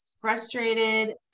Frustrated